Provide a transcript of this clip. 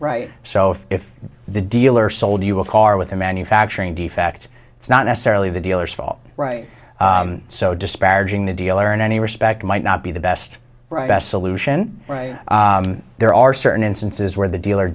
right so if the dealer sold you a car with a manufacturing defect it's not necessarily the dealers fault so disparaging the dealer in any respect might not be the best right best solution there are certain instances where the dealer